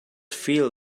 feel